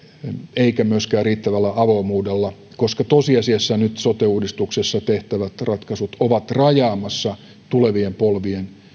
eikä myöskään riittävällä avoimuudella koska tosiasiassa nyt sote uudistuksessa tehtävät ratkaisut ovat rajaamassa tulevien polvien